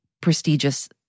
prestigious